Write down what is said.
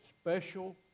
special